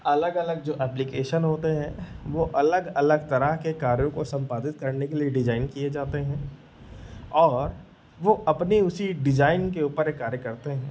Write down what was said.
अलग अलग जो एप्लीकेशन होते हैं वह अलग अलग तरह के कार्यों को सम्पादित करने के लिए डिज़ाइन किए जाते हैं और वह अपने उसी डिज़ाइन के ऊपर यह कार्य करते हैं